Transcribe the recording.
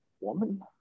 woman